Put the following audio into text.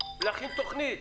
להכין תוכנית.